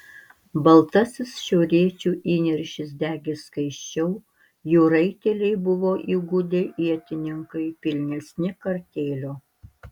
baltasis šiauriečių įniršis degė skaisčiau jų raiteliai buvo įgudę ietininkai pilnesnį kartėlio